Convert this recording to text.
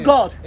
God